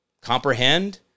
comprehend